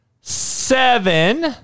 seven